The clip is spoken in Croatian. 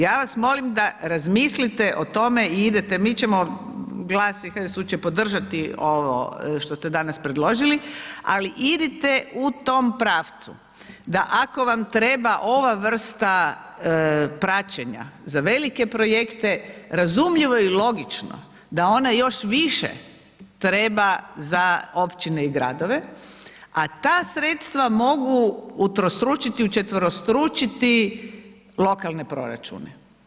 Ja vas molim da razmislite o tome i idete, mi ćemo GLAS i HSU će podržati ovo što ste danas predložili, ali idite u tom pravcu, da ako vam treba ova vrsta praćenja za velike projekte razumljivo i logično da ona još više treba za općine i gradove, a ta sredstava mogu utrostručiti, učetverostručiti lokalne proračune.